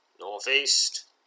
northeast